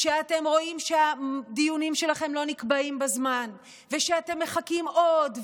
שאתם רואים שהדיונים שלכם לא נקבעים בזמן ושאתם מחכים עוד ועוד,